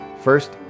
First